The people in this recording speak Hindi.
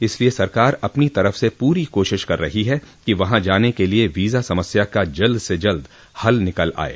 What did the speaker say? इसलिए सरकार अपनी तरफ से पूरी कोशिश कर रही है कि वहां जाने के लिए वीज़ा समस्या का जल्द से जल्द हल निकल आये